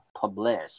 publish